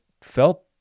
felt